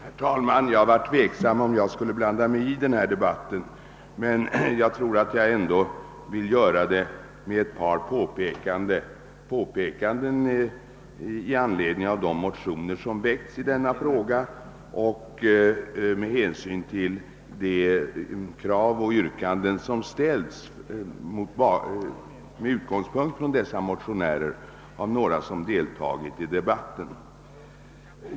Herr talman! Jag var tveksam om jag skulle blanda mig i debatten, men jag vill ändå göra det med ett par påpekanden i anledning av 'de motioner som väckts i denna fråga och med hänsyn till de krav och yrkanden som ställts med utgångspunkt från dessa motioner av några deltagare i debatten.